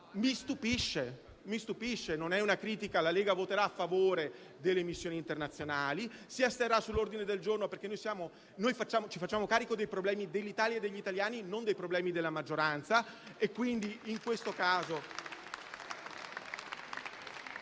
Mi stupisce, non è una critica. La Lega voterà a favore delle missioni internazionali, si asterrà sull'ordine del giorno perché noi ci facciamo carico dei problemi dell'Italia e degli italiani, non dei problemi della maggioranza.